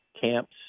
camps